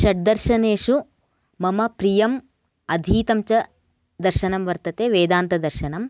षड् दर्शनेषु मम प्रियम् अधीतं च दर्शनं वर्तते वेदान्तदर्शनं